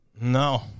No